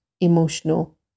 emotional